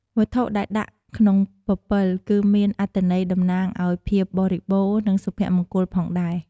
វត្ថុដែលដាក់ក្នុងពពិល ក៏មានអត្ថន័យតំណាងឱ្យភាពបរិបូរណ៍ និងសុភមង្គលផងដែរ។